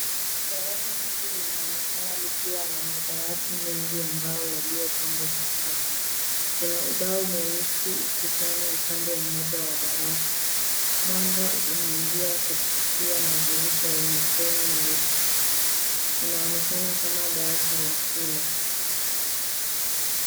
Darasa tupu linaonekana likiwa na madawati mengi ambayo yaliyopangwa kwa safu. Kuna ubao mweusi ukutani upande mmoja wa darasa. Mwanga unaingia kupitia madirisha yenye fremu nyeusi. Inaonekana kama darasa la shule.